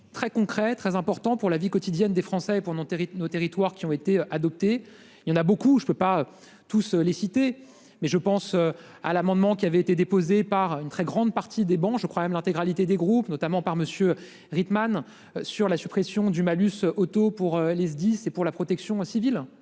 très concrets, très important pour la vie quotidienne des Français pour monter nos territoires qui ont été adoptés il y en a beaucoup, je peux pas tous les citer mais je pense à l'amendement qui avait été déposée par une très grande partie des bon je crois même l'intégralité des groupes notamment par monsieur Rickman sur la suppression du malus auto pour les SDIS et pour la protection civile.